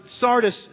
Sardis